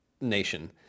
nation